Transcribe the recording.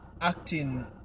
acting